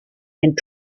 and